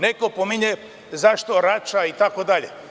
Neko pominje – zašto Rača itd.